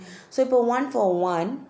so இப்போம்:ippom one for one